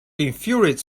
infuriates